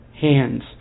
hands